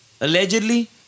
allegedly